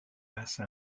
passe